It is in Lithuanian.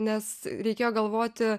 nes reikėjo galvoti